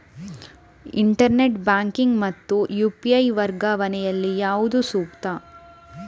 Internet banking ಮತ್ತು UPI ವರ್ಗಾವಣೆ ಯಲ್ಲಿ ಯಾವುದು ಸೂಕ್ತ?